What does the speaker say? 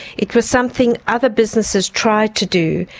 it was something other businesses tried to do,